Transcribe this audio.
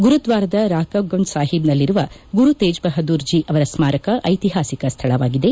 ಗುರುದ್ವಾರದ ರಾಕಬ್ ಗಂಜ್ ಸಾಹೀಬ್ನಲ್ಲಿರುವ ಗುರುತೇಜ್ ಬಹದ್ದೂರ್ ಜೀ ಅವರ ಸ್ಮಾರಕ ಐತಿಹಾಸಿಕ ಸ್ಥಳವಾಗಿದೆ